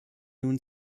nun